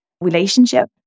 relationship